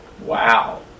Wow